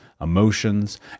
emotions